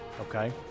okay